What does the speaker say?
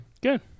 Good